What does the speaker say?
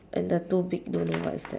and the two big don't know what is that